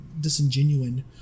disingenuine